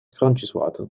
kraantjeswater